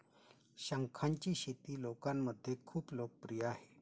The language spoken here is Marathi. शंखांची शेती लोकांमध्ये खूप लोकप्रिय आहे